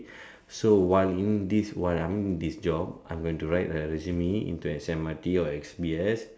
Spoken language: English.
so while in this while I'm in this job I'm going to write a resume to S_M_R_T or S_B_S